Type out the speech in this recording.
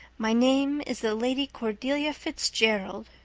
my name is the lady cordelia fitzgerald.